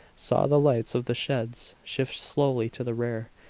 saw the lights of the sheds shift slowly to the rear,